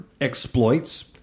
exploits